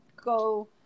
go